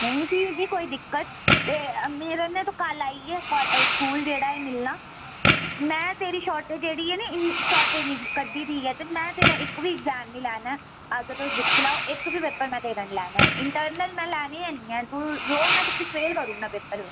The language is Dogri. नेईं भी बी कोई दिक्कत ते मेरे'नै तू कल आइयै का स्कूल जेह्ड़ा ऐ मिलना में तेरी शार्टेज जेह्ड़ी ऐ निं इ'न्न शार्टेज कड्ढी दी ऐ ते में तेरा इक बी एग्ज़ाम निं लैना ऐ अग्गै तु'स दिक्खी लैओ इक बी पेपर में तेरा निं लैना ऐ इंटरनल में लैने'ई हैन्नी हैन तू रौह् में तु'क्की फेल करी ओड़ना पेपर बिच्च